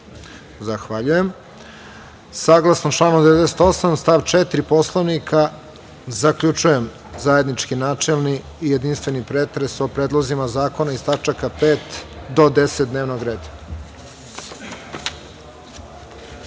96? (Ne.)Saglasno članu 98. stav 4. Poslovnika, zaključujem zajednički načelni i jedinstveni pretres o predlozima zakona iz tačaka od 5. do 10. dnevnog